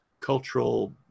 cultural